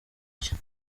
cye